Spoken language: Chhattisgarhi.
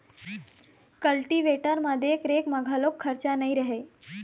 कल्टीवेटर म देख रेख म घलोक खरचा नइ रहय